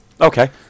Okay